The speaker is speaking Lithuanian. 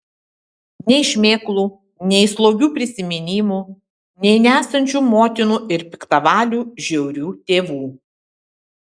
nei šmėklų nei slogių prisiminimų nei nesančių motinų ir piktavalių žiaurių tėvų